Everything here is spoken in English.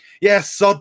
yes